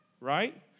right